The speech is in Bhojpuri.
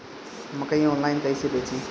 मकई आनलाइन कइसे बेची?